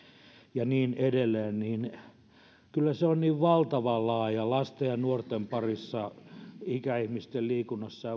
ja niin edelleen kyllä tällaisten erilaisten vastuunkantajien toiminta on niin valtavan laajaa lasten ja nuorten parissa ikäihmisten liikunnassa